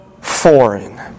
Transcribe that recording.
foreign